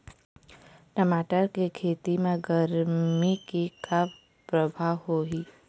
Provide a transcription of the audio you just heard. टमाटर के खेती म गरमी के का परभाव होही?